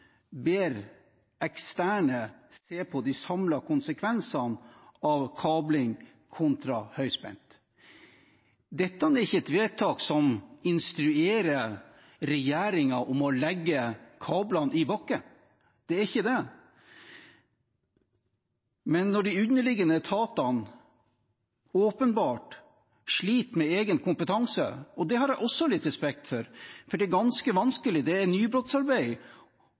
ber eksterne se på de samlede konsekvensene av kabling kontra høyspent? Dette er ikke et vedtak som instruerer regjeringen om å legge kablene i bakken. Det er ikke det, men de underliggende etatene sliter åpenbart med egen kompetanse, og det har jeg også litt respekt for, for det er ganske vanskelig – det er nybrottsarbeid